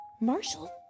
Marshall